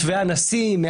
מתווה הנשיא,